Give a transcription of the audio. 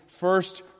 First